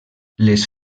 les